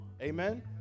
Amen